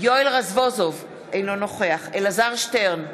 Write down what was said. יואל רזבוזוב, אינו נוכח אלעזר שטרן,